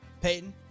Peyton